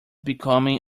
becoming